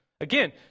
Again